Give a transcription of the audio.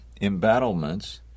embattlements